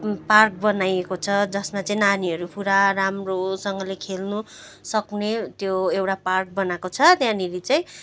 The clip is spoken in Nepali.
पार्क बनाइएको छ जसमा चाहिँ नानीहरू पुरा राम्रोसँगले खेल्नु सक्ने त्यो एउटा पार्क बनाएको छ त्यहाँनेर चाहिँ